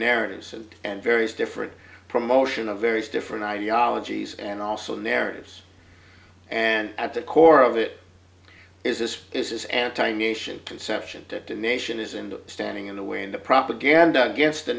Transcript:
narratives and and various different promotion of various different ideologies and also narratives and at the core of it is this is as anti nation conception to the nation is and standing in the way and the propaganda